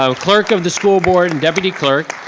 um clerk of the school board and deputy clerk.